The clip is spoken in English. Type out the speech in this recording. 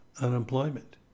unemployment